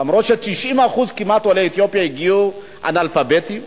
אף-על-פי שכמעט 90% מעולי אתיופיה הגיעו אנאלפביתים,